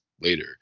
later